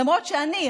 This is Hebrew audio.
למרות שאני,